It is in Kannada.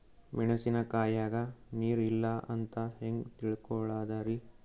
ಮೆಣಸಿನಕಾಯಗ ನೀರ್ ಇಲ್ಲ ಅಂತ ಹೆಂಗ್ ತಿಳಕೋಳದರಿ?